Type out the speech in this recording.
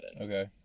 Okay